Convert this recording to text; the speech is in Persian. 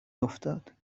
افتاد